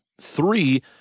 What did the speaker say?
three